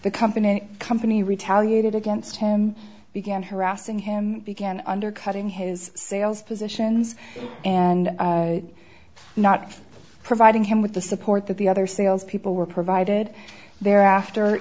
the company and company retaliated against him began harassing him began undercutting his sales positions and not providing him with the support that the other salespeople were provided there after